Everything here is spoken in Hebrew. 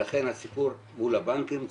הסיפור הוא לבנקים,